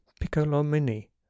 piccolomini